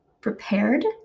prepared